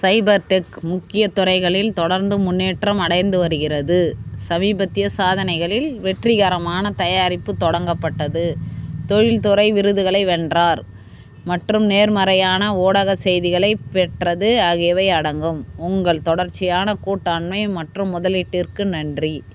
சைபர் tech முக்கிய துறைகளில் தொடர்ந்து முன்னேற்றம் அடைந்து வருகிறது சமீபத்திய சாதனைகளில் வெற்றிகரமான தயாரிப்பு தொடங்கப்பட்டது தொழில்துறை விருதுகளை வென்றார் மற்றும் நேர்மறையான ஊடக செய்திகளைப் பெற்றது ஆகியவை அடங்கும் உங்கள் தொடர்ச்சியான கூட்டாண்மை மற்றும் முதலீட்டிற்கு நன்றி